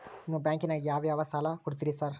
ನಿಮ್ಮ ಬ್ಯಾಂಕಿನಾಗ ಯಾವ್ಯಾವ ಸಾಲ ಕೊಡ್ತೇರಿ ಸಾರ್?